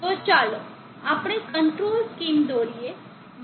તો ચાલો આપણે કંટ્રોલ સ્કીમ દોરીએ